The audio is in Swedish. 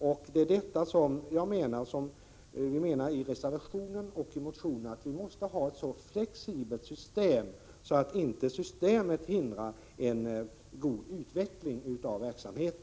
I motionen och reservationen har vi framhållit att systemet måste vara så flexibelt att inte systemet hindrar en god utveckling av verksamheten.